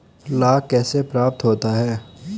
लाख कैसे प्राप्त होता है?